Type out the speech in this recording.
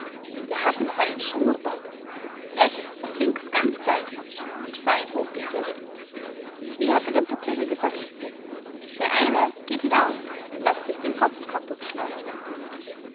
der hatte noch seinen schnurrbart rechts und links ganz gleich und fein hochgezwirbelt wie hatte der bucklige gesagt der eine geht hinaus und laßt sich den kopf